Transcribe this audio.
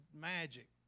magic